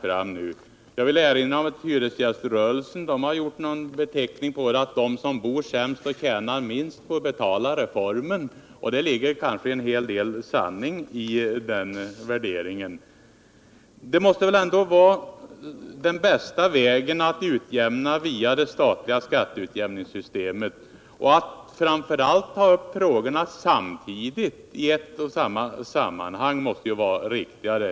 Jag vill i det sammanhanget erinra om att hyresgäströrelsen har beskrivit reformen så att de som bor sämst och tjänar minst får betala den. Det ligger kanske en hel del sanning i den värderingen. Den bästa metoden borde vara att få en utjämning till stånd via det statliga skatteutjämningssystemet, och framför allt att ta upp frågorna i ett sammanhang — det måste vara riktigare.